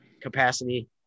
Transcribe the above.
capacity